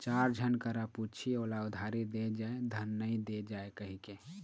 चार झन करा पुछही ओला उधारी दे जाय धन नइ दे जाय कहिके